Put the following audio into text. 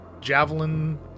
Javelin